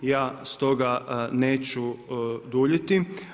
Ja stoga neću duljiti.